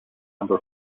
number